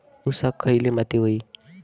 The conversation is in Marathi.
ऊसाक खयली माती व्हयी?